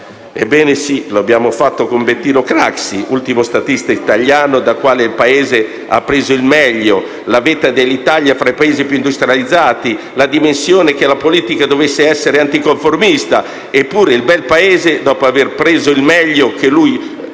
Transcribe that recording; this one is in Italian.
Ebbene, lo abbiamo fatto per Bettino Craxi, ultimo statista italiano dal quale il Paese ha preso il meglio, con cui l'Italia ha raggiunto la vetta dei Paesi più industrializzati, la dimensione che la politica dovesse essere anticonformista; eppure il Belpaese, dopo aver preso il meglio che egli